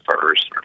first